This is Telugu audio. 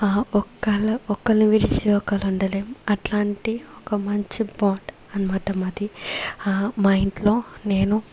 ఆ ఒకళ్ళ ఒకళ్ళు విడిసి ఒకళ్ళు ఉండలేం అట్లాంటి ఒక మంచి పాట్ అనమాట మాది మా ఇంట్లో నేను